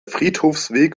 friedhofsweg